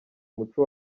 umuco